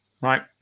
Right